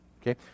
Okay